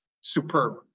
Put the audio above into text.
superb